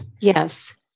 Yes